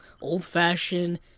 old-fashioned